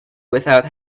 without